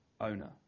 owner